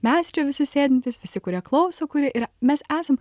mes čia visi sėdintys visi kurie klauso kurie yra mes esam